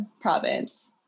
province